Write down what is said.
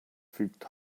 fügt